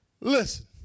Listen